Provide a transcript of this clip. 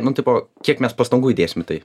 nu tipo kiek mes pastangų įdėsim į tai